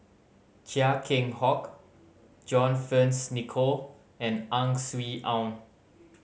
Chia Keng Hock John Fearns Nicoll and Ang Swee Aun